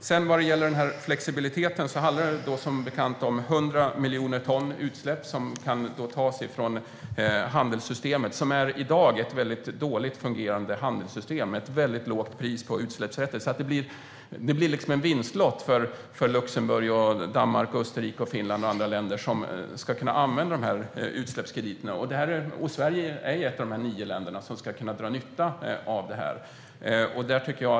När det sedan gäller flexibiliteten handlar det som bekant om 100 miljoner ton utsläpp som kan tas från handelssystemet, som i dag är ett dåligt fungerande system med ett väldigt lågt pris på utsläppsrätter. Det blir liksom en vinstlott för Luxemburg, Danmark, Österrike, Finland och andra länder som ska kunna använda utsläppskrediterna. Sverige är ett av de nio länder som ska kunna dra nytta av detta.